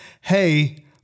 hey